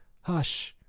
hush!